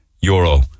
euro